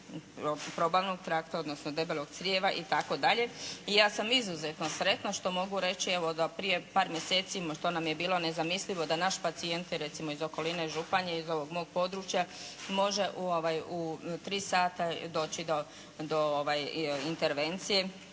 probavnog trakta odnosno debelog crijeva itd. I ja sam izuzetno sretna što mogu reći da evo prije par mjeseci što nam je bilo nezamislivo da naš pacijent recimo iz okoline Županje iz ovog mog područja može u tri sada doći do intervencije